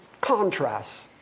contrasts